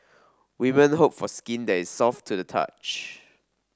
women hope for skin that soft to the touch